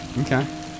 Okay